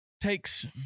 takes